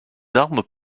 armes